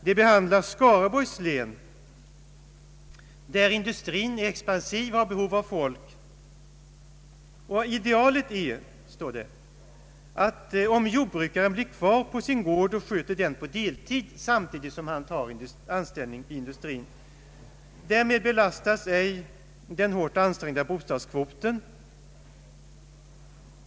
Det handlar om Skaraborgs län, där industrin är expansiv och har behov av folk. Idealet är, står det i artikeln, att jordbrukaren blir kvar på sin gård och sköter den på deltid samtidigt som han tar anställning i industrin. På detta sätt belastas ej den hårt ansträngda bostadskvoten.